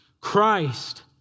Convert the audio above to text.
Christ